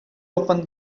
open